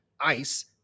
ice